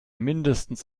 mindestens